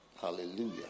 hallelujah